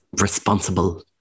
responsible